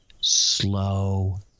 Slow